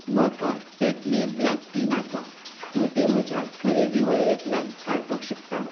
म्हाका Tetley black tea नाका तूं ती म्हज्या खरेदी वळेरेंतल्यान काडपाक शकता